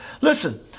Listen